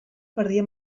perdia